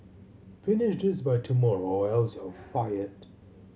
finish this by tomorrow or else you'll fired